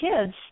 kids